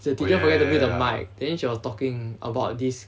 the teacher forget to mute the mike then she was talking about this